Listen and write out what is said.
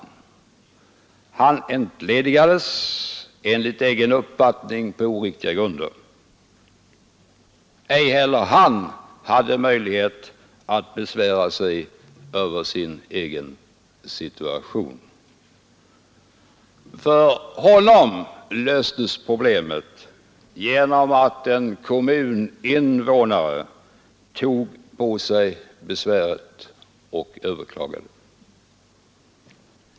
Han entledigades, enligt egen uppfattning på oriktiga grunder. Ej heller han hade möjlighet att besvära sig över sin egen situation. För honom löstes problemet genom att en kommuninvånare tog på sig besväret och överklagade.